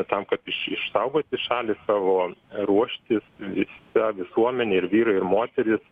tam kad iš išsaugoti šalį savo ruoštis visa visuomenė ir vyrai ir moterys